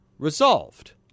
Resolved